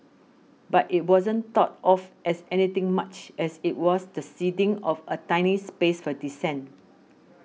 but it wasn't thought of as anything much as it was the ceding of a tiny space for dissent